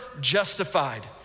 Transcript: justified